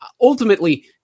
Ultimately